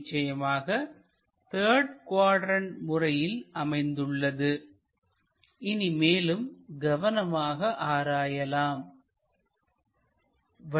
நிச்சயமாக third quadrant முறையில் அமைந்துள்ளதுஇனி மேலும் கவனமாக ஆராயலாம்